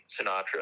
Sinatra